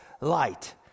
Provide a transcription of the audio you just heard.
light